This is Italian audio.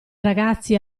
ragazzi